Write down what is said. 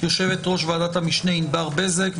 יושבת-ראש ועדת המשנה ענבר בזק,